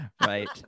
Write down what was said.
Right